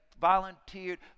volunteered